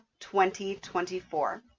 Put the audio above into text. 2024